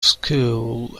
school